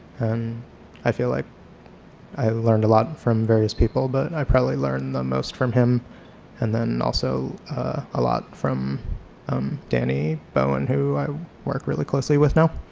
and i feel like i learned a lot from various people, but i probably learned the most from him and then also a lot from danny bowien, who i work really closely with now.